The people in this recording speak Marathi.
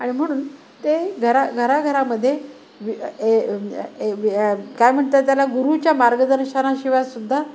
आणि म्हणून ते घरा घराघरामध्ये ए ए काय म्हणतात त्याला गुरुच्या मार्गदर्शना शिवायसुद्धा